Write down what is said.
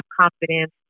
confidence